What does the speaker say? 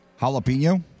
Jalapeno